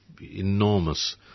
enormous